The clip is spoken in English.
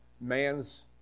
man's